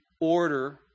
order